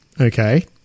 Okay